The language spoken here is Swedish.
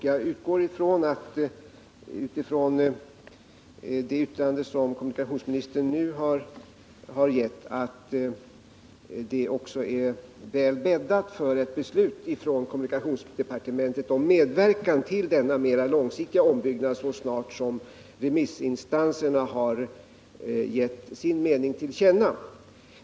Jag utgår också från, efter det yttrande som kommunikationsministern nu har avgett, att det är väl bäddat för ett beslut från kommunikationsdepartementet om medverkan till denna mera långsiktiga ombyggnad så snart remissinstanserna har gett sin mening till känna.